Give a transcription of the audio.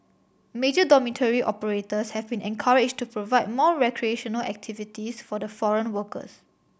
major dormitory operators have been encouraged to provide more recreational activities for the foreign workers